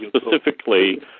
specifically